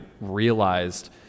realized